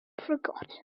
forgotten